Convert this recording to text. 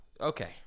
okay